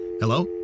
Hello